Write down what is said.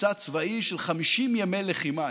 מבצע צבאי של 50 ימי לחימה,